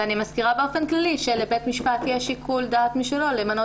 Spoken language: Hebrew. אני מזכירה באופן כללי שלבית משפט יש שיקול דעת משלו למנות